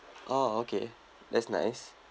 oh okay that's nice